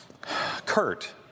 Kurt